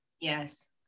Yes